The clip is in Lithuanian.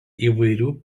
įvairių